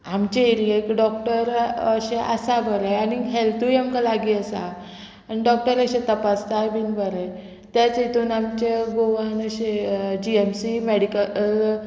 आमचे एरियेक डॉक्टर अशे आसा बरें आनीक हेल्थूय आमकां लागीं आसा आनी डॉक्टर अशें तपासताय बीन बरें तें चिंतून आमी आमच्या गोवान अशें जी एम सी मेडिकल